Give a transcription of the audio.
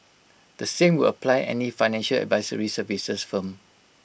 the same will apply any financial advisory services firm